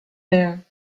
there